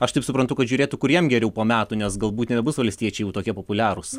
aš taip suprantu kad žiūrėtų kur jam geriau po metų nes galbūt nebebus valstiečiai jau tokie populiarūs